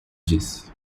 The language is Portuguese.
disse